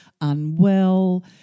unwell